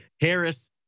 Harris